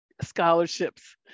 scholarships